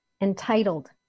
entitled